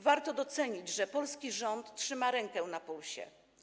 Warto docenić, że polski rząd trzyma rękę na pulsie.